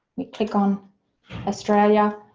we click on australia.